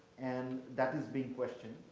and that is being questioned.